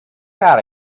out